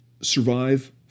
survive